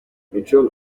mico